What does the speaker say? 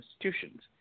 institutions